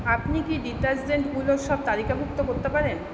আপনি কি ডিটার্জেন্টগুলোর সব তালিকাভুক্ত করতে পারেন